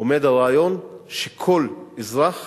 עומד הרעיון שכל אזרח